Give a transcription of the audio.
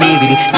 baby